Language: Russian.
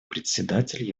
представитель